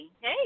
Hey